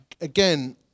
Again